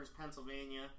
Pennsylvania